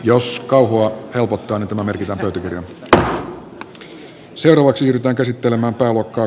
jos kauhua helpottaa niin tämä merkitään pöytäkirjaan